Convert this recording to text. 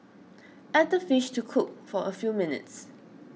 add the fish to cook for a few minutes